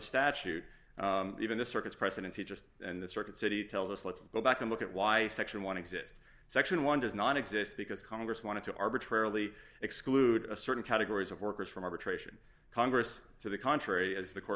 statute even the circuits president he just and the circuit city tells us let's go back and look at why section one exists section one does not exist because congress wanted to arbitrarily exclude certain categories of workers from arbitration congress to the contrary as the court